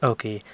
Okay